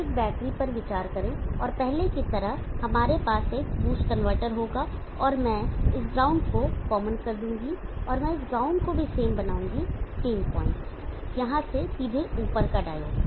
अब एक बैटरी पर विचार करें और पहले की तरह हमारे पास एक बूस्ट कनवर्टर होगा और मैं इस ग्राउंड को कॉमन कर दूंगा और मैं इस ग्राउंड को भी सेम बनाऊंगा सेम पॉइंटस यहां से सीधे ऊपर का डायोड